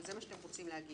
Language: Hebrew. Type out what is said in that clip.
שזה מה שאתם רוצים להגיד.